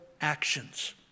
actions